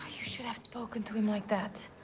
you should have spoken to him like that.